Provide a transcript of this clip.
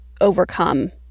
overcome